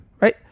right